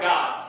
God